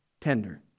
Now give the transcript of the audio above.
tender